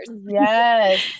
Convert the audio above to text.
Yes